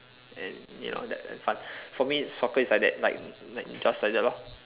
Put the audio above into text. and you know that fun for me soccer is like that like like just like that lor